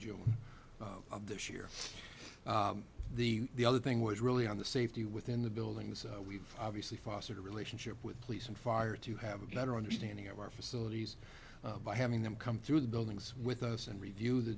june of this year the other thing was really on the safety within the buildings we've obviously fostered a relationship with police and fire to have a better understanding of our facilities by having them come through the buildings with us and review the